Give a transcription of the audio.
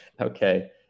Okay